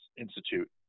Institute